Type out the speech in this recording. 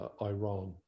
Iran